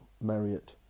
Marriott